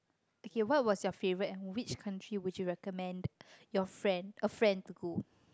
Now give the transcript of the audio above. okay what was your favourite and which country would you recommend your friend a friend to go